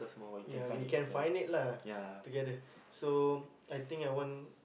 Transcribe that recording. ya we can find it lah together so I think I want